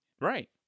Right